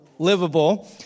livable